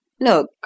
Look